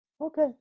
Okay